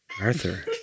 Arthur